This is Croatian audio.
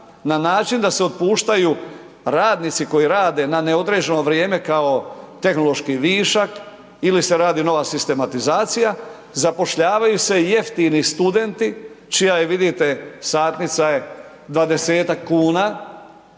na način da se otpuštaju radnici koji rade na neodređeno vrijeme kao tehnološki višak ili se radi nova sistematizacija, zapošljavaju se jeftini studenti čija je, vidite, satnica je 20-tak